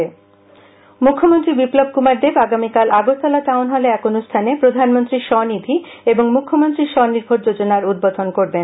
মুথ্যমন্ত্রী মুখ্যমন্ত্রী বিপ্লব কুমার দেব আগামীকাল আগরতলা টাউন হলে এক অনুষ্ঠানে প্রধানমন্ত্রী স্ব নিধি এবং মুখ্যমন্ত্রী স্ব নির্ভর যোজনার উদ্বোধন করবেন